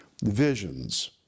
visions